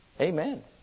Amen